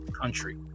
country